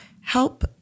help